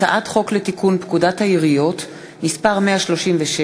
הצעת חוק לתיקון פקודת העיריות (מס' 136)